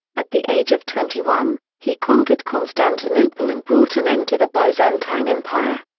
at the age of twenty one, he conquered constantinople and brought an end to the byzantine empire.